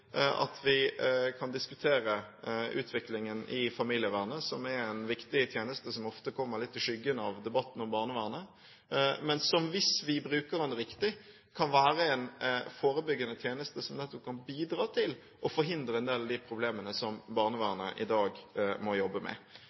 tjeneste som ofte kommer litt i skyggen av debatten om barnevernet, men som – hvis vi bruker den riktig – kan være en forebyggende tjeneste som nettopp kan bidra til å forhindre en del av de problemene som barnevernet i dag må jobbe med.